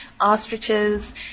ostriches